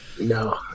No